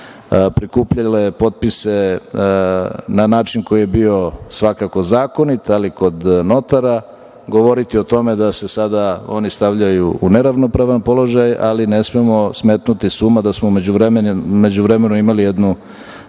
stanja prikupljale potpise na način koji je bio svakako zakonit, ali kod notara govoriti o tome da se sada oni stavljaju u neravnopravan položaj, ali ne smemo smetnuti s uma da smo u međuvremenu imali jednu